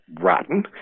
rotten